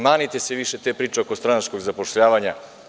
Manite se više te priče oko stranačkog zapošljavanja.